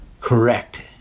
correct